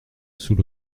sous